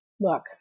Look